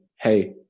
hey